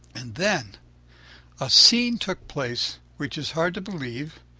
and then a scene took place which is hard to believe,